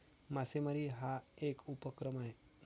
मासेमारी हा एक उपक्रम आहे